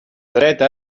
dreta